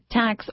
tax